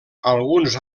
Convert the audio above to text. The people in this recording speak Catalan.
alguns